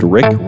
Rick